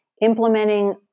implementing